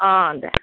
অঁ দে